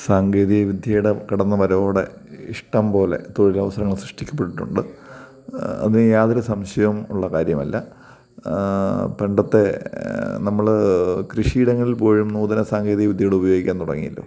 സാങ്കേതിക വിദ്യയുടെ കടന്നുവരവോടെ ഇഷ്ടംപോലെ തൊഴിലവസരങ്ങൾ സൃഷ്ടിക്കപ്പെട്ടിട്ടുണ്ട് അത് യാതൊരു സംശയവും ഉള്ള കാര്യമല്ല പണ്ടത്തെ നമ്മൾ കൃഷിയിടങ്ങളിൽ പോലും നൂതന സാങ്കേതിക വിദ്യകൾ ഉപയോഗിക്കാൻ തുടങ്ങീലോ